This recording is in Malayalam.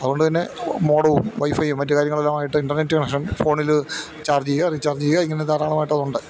അതുകൊണ്ടുതന്നെ മോഡവും വൈഫയ്യും മറ്റു കാര്യങ്ങളെല്ലാമായിട്ട് ഇൻ്റർനെറ്റ് കണക്ഷൻ ഫോണില് ചാർജെയ്യുക റീച്ചാർജെയ്യുക ഇങ്ങനെ ധാരാളമായിട്ട് അതുണ്ട്